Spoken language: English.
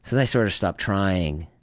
then i sort of stopped trying.